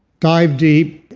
dive deep,